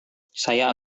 saya